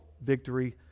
victory